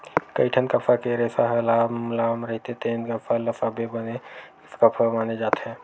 कइठन कपसा के रेसा ह लाम लाम रहिथे तेन कपसा ल सबले बने कपसा माने जाथे